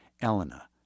Elena